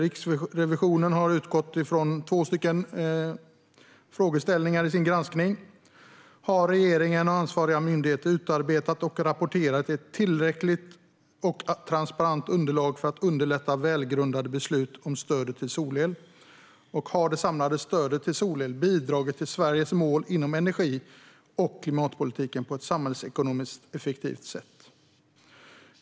Riksrevisionen har utgått från två frågeställningar i sin granskning: Har regeringen och ansvariga myndigheter utarbetat och rapporterat ett tillräckligt och transparent underlag för att underlätta välgrundade beslut om stödet till solel, och har det samlade stödet till solel bidragit till Sveriges mål inom energi och klimatpolitiken på ett samhällsekonomiskt effektivt sätt?